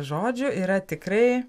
žodžių yra tikrai